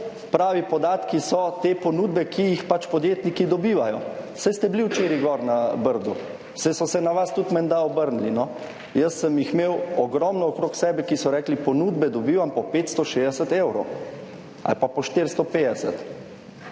pravi podatki so te ponudbe, ki jih podjetniki dobivajo. Saj ste bili včeraj gor na Brdu, saj so se na vas tudi menda obrnili, no. Jaz sem jih imel ogromno okrog sebe, ki so rekli, ponudbe dobivam po 560 evrov ali pa po 450.